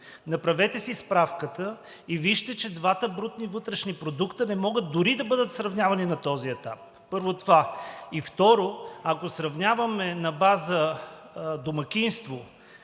Направете си справката и вижте, че двата брутни вътрешни продукта не могат дори да бъдат сравнявани на този етап. Първо, това. Второ, ако сравняваме на база домакинство,